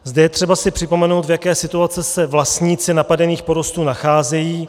Zde si je třeba připomenout, v jaké situaci se vlastníci napadených porostů nacházejí.